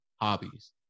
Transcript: hobbies